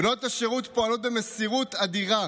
בנות השירות פועלות במסירות אדירה